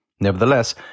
Nevertheless